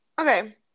okay